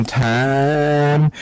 time